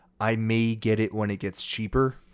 I-may-get-it-when-it-gets-cheaper